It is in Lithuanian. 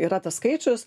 yra tas skaičius